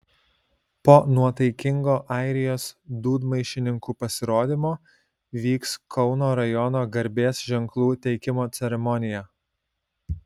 po nuotaikingo airijos dūdmaišininkų pasirodymo vyks kauno rajono garbės ženklų teikimo ceremonija